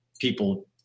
people